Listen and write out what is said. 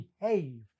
behave